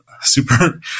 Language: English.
super